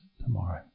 tomorrow